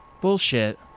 Bullshit